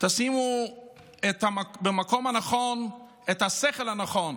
תשימו במקום הנכון את השכל הנכון.